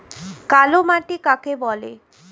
কালোমাটি কাকে বলে?